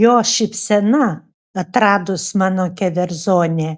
jo šypsena atradus mano keverzonę